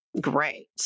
Great